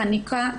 חניקה,